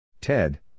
Ted